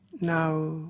Now